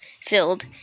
filled